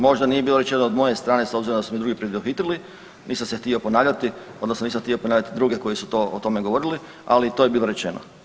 Možda nije bilo rečeno od moje strane s obzirom da su me drugi preduhitrili, nisam se htio ponavljati odnosno nisam htio ponavljati druge koji su o tome govorili ali to je bilo rečeno.